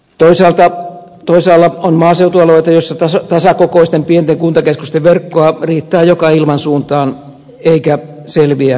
toisaalta toisaalla on maaseutualueita joissa tasakokoisten pienten kuntakeskusten verkkoa riittää joka ilmansuuntaan eikä selviä keskuskuntia ole